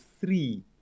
three